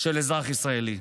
של אזרח ישראלי: